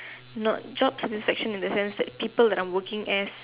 not job satisfaction in that sense that people that I'm working as